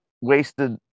wasted